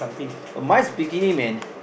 uh mine's bikini man